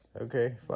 Okay